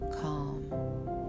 calm